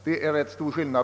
Det är en rätt stor skillnad.